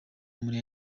muri